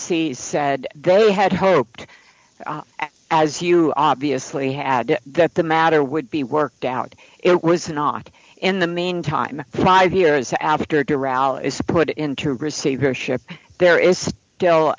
see said they had hoped as you obviously had that the matter would be worked out it was not in the meantime five years after afterall is put into receivership there is still